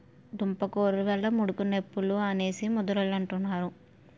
దుంపకూరలు వల్ల ముడుకులు నొప్పులు అనేసి ముదరోలంతన్నారు